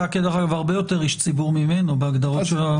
אתה הרבה יותר איש ציבורי ממנו, בהגדרות.